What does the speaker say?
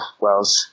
Wells